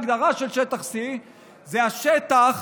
ההגדרה של שטח C זה השטח